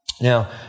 Now